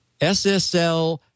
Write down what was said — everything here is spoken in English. SSL